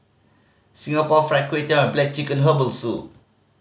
Singapore Fried Kway Tiao and black chicken herbal soup